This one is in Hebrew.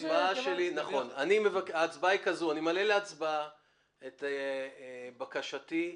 אני מעלה להצבעה את הבקשה שלי